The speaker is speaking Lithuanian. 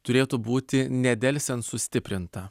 turėtų būti nedelsiant sustiprinta